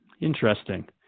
interesting